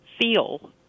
feel